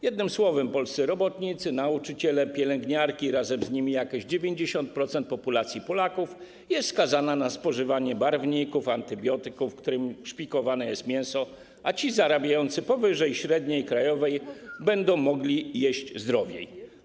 Jednym słowem, polscy robotnicy, nauczyciele, pielęgniarki, a razem z nimi jakieś 90% Polaków, są skazani na spożywanie barwników, antybiotyków, którymi szpikowane jest mięso, a ci zarabiający powyżej średniej krajowej będą mogli jeść zdrowiej.